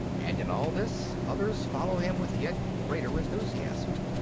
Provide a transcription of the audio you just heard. and in all this others follow him with yet greater enthusiasm.